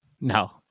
No